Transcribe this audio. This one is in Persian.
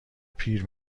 پیر